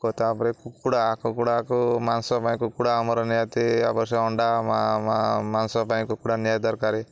ଓ ତାପରେ କୁକୁଡ଼ା କୁକୁଡ଼ାକୁ ମାଂସ ପାଇଁ କୁକୁଡ଼ା ଆମର ନିହାତି ଆବଶ୍ୟକ ଅଣ୍ଡା ମାଂସ ପାଇଁ କୁକୁଡ଼ା ନିହାତି ଦରକାର